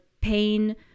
pain